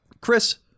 Chris